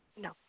No